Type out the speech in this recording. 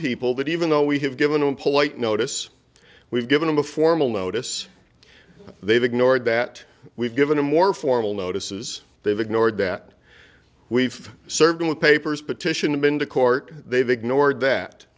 people that even though we have given a polite notice we've given them a formal notice they've ignored that we've given a more formal notices they've ignored that we've served with papers petition and been to court they've ignored that